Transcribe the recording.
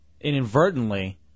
inadvertently